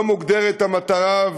לא מוגדרת המטרה,